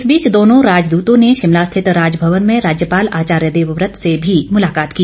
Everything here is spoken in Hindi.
इस बीच दोनों राजदूतों ने शिमला स्थित राजभवन में राज्यपाल आचार्य देवव्रत से भी मुलाकात की